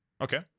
Okay